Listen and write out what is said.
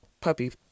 puppy